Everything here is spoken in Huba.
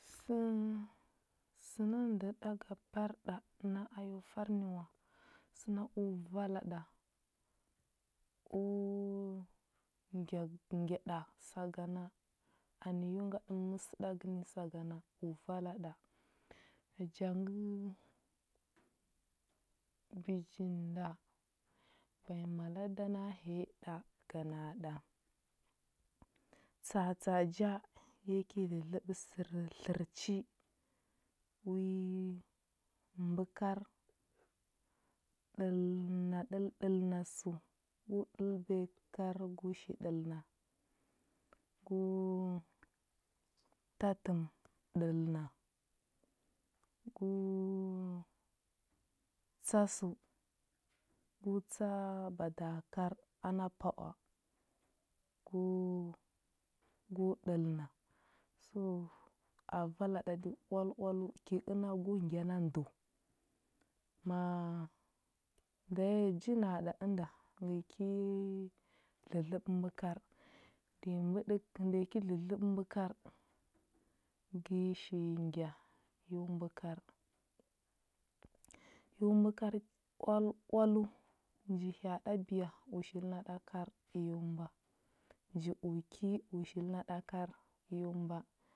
Sə səna ndə ɗaka par ɗa na a yo far nə wa, səna o vala ɗa, o ngyagə ngya ɗa sagana anə yo ngaɗə məsəɗagə nə sagana, naja ngə bəji nda, vanya mala da na həya ɗa ga na ɗa tsa atsa a ja, ya ki dlədləɓə sər tlər chi wi mbə kar, ɗəl na ɗəl ɗəl na səu, gu ɗəlbiya kar gu shi ɗəlna. Gu tatəm ɗəlna, gu tsa səu, gu tsa bada kar ana paoa. Gu gu ɗəlna. So a vala ɗa ɗi oal oaləu. Kə i əna go ngya na ndəu, ma nda ya ji na ɗa ənda, ngə yi ki dlədləɓə mbə kar. Nde mbəɗə nda yi ki dlədləɓə mbə kar, ngə yi shi ngya yo mbə kar. Yo mbə kar oal oaləu, nji hya aɗa biya u shili na ɗa kar, yo mbəa. Nji u ki u shili na ɗa kar, yo mbəa.